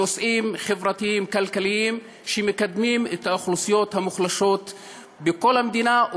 נושאים חברתיים כלכליים שמקדמים את האוכלוסיות המוחלשות בכל המדינה,